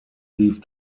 rief